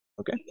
Okay